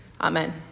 Amen